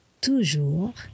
toujours